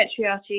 patriarchy